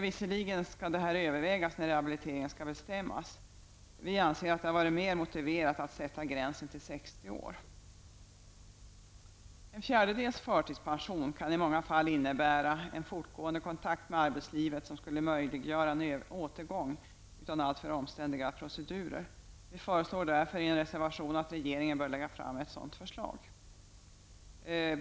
Visserligen skall det övervägas när rehabilitering skall bestämmas, säger man, men det är enligt vår mening mer motiverat att sätta denna gräns till 60 år. En fjärdedels förtidspension kan i många fall innebära en fortgående kontakt med arbetslivet med möjlighet till återgång till detsamma utan alltför omständliga procedurer. Vi föreslår därför i en reservation att regeringen bör lägga fram ett sådant förslag.